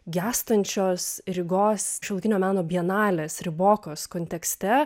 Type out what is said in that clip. gęstančios rygos šiuolaikinio meno bienalės ribokos kontekste